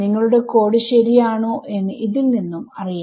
നിങ്ങളുടെ കോഡ് ശരിയാണോ എന്ന് ഇതിൽ നിന്നും അറിയാം